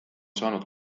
saanud